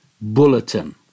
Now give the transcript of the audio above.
Bulletin